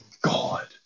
God